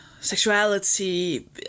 sexuality